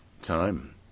Time